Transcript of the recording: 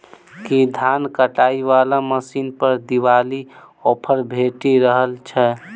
की धान काटय वला मशीन पर दिवाली ऑफर भेटि रहल छै?